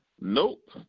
Nope